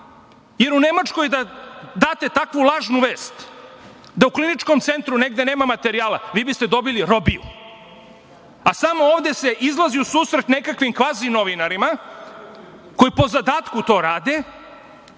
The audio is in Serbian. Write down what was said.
jer u Nemačkoj date takvu lažnu vest, da u kliničkom centru negde nema materijala, vi ste dobili robiju, a samo ovde se izlazi u susret nekakvim kvazi novinarima koji po zadatku to rade